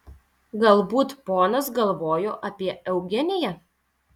galbūt ponas galvojo apie eugeniją